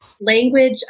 language